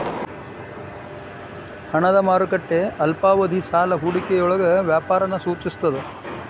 ಹಣದ ಮಾರುಕಟ್ಟೆ ಅಲ್ಪಾವಧಿ ಸಾಲ ಹೂಡಿಕೆಯೊಳಗ ವ್ಯಾಪಾರನ ಸೂಚಿಸ್ತದ